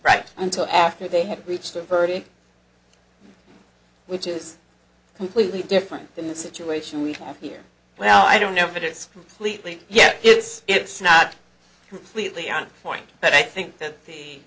right until after they had reached a verdict which is completely different than the situation we have here well i don't know if it's completely yes it's it's not completely on point but i think that the